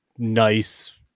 nice